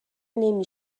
نمی